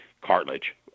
cartilage